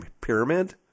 pyramid